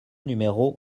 numéro